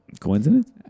coincidence